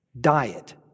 diet